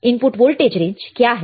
input voltage range क्या है